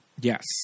Yes